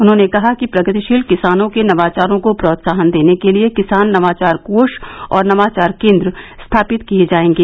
उन्होंने कहा कि प्रगतिशील किसानों के नवाचारों को प्रोत्साहन देने के लिए किसान नवाचार कोष और नवाचार केन्द्र स्थापित किये जायेंगे